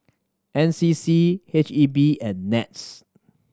N C C H E B and NETS